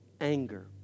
anger